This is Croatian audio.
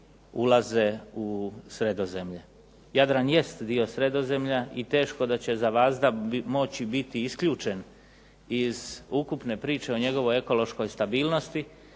ulaze u Sredozemlje. Jadran jest dio Sredozemlja i teško da će za vazda moći biti isključen iz ukupne priče o njegovoj ekološkoj stabilnosti